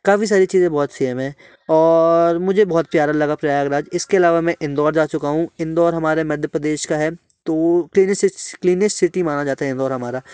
काफ़ी सारी चीज़ें बहुत सेम है और मुझे बहुत प्यारा लगा प्रयागराज इसके अलावा में इंदौर जा चुका हूँ इंदौर हमारे मध्य प्रदेश का है तो क्लिनिस्ट सिटी माना जाता है इंदौर हमारा